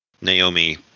Naomi